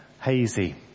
hazy